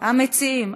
המציעים.